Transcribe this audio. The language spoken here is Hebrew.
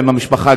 עם המשפחה,